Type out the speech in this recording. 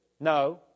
No